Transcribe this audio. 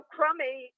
Crummy